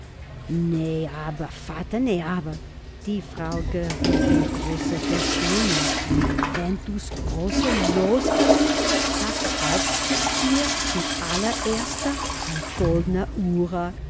nee aber vater nee aber die frau geriet in große beschämung wenn du's große los gewinnst da kaufste dir zu allererste n goldne uhre